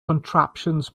contraptions